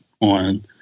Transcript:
on